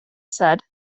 said